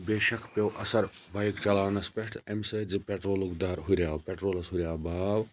بیشَک پیٚو اَثَر بایک چَلاونَس پٮ۪ٹھ امہ سۭتۍ زِ پیٚٹرولُک دَر ہُریٚو پیٚٹرولَس ہُریٚو باو